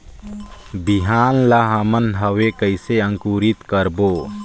बिहान ला हमन हवे कइसे अंकुरित करबो?